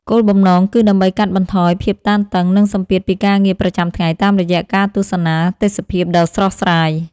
គោលបំណងគឺដើម្បីកាត់បន្ថយភាពតានតឹង និងសម្ពាធពីការងារប្រចាំថ្ងៃតាមរយៈការទស្សនាទេសភាពដ៏ស្រស់ស្រាយ។